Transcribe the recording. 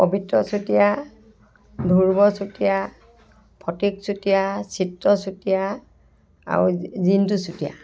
পবিত্ৰ চুতীয়া ধ্ৰুৱ চুতীয়া ফটিক চুতীয়া চিত্ত চুতীয়া আৰু জিন্টু চুতীয়া